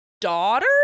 daughter